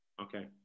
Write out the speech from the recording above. Okay